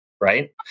right